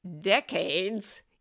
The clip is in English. decades